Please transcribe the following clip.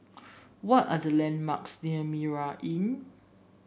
what are the landmarks near Mitraa Inn